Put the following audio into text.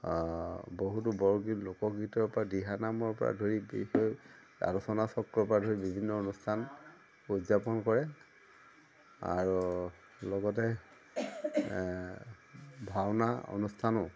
বহুতো বৰগীত লোকগীতৰ পৰা দিহানামৰ পৰা ধৰি বিশেষ আলোচনা চক্ৰৰ পৰা ধৰি বিভিন্ন অনুষ্ঠান উদযাপন কৰে আৰু লগতে ভাওনা অনুষ্ঠানো